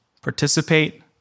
participate